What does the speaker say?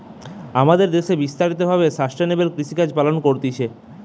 আমাদের দ্যাশে বিস্তারিত ভাবে সাস্টেইনেবল কৃষিকাজ পালন করতিছে